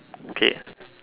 okay